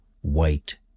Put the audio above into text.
white